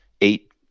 eight